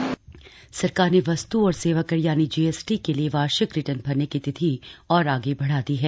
GST सरकार ने वस्त् और सेवा कर जीएसटी के लिए वार्षिक रिर्टन भरने की तिथि और आगे बढ़ा दी है